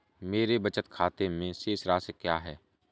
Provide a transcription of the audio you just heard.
मेरे बचत खाते में शेष राशि क्या है?